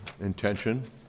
intention